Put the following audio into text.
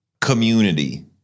community